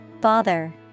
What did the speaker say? Bother